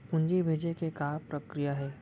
पूंजी भेजे के का प्रक्रिया हे?